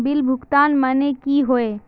Bill भुगतान माने की होय?